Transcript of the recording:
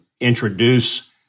introduce